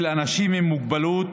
של אנשים עם מוגבלות,